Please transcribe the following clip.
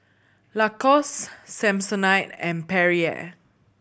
Lacoste Samsonite and Perrier